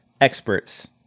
experts